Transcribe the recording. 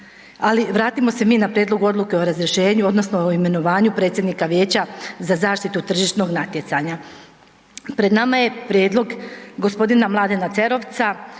Ali vratimo se mi na prijedlog odluke o razrješenju odnosno imenovanju predsjednika Vijeća za zaštitu tržišnog natjecanja. Pred nama je prijedlog g. M. Cerovca,